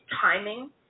timing